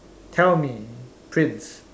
tell me prince